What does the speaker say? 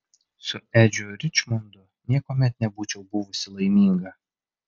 su edžiu ričmondu niekuomet nebūčiau buvusi laiminga